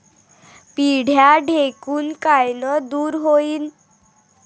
पिढ्या ढेकूण कायनं दूर होईन?